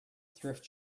thrift